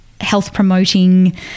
health-promoting